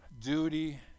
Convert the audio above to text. duty